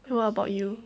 what about you